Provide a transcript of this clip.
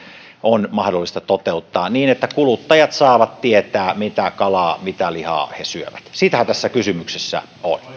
on mahdollista toteuttaa niin että kuluttajat saavat tietää mitä kalaa mitä lihaa he syövät siitähän tässä kysymys on